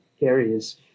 areas